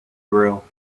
drill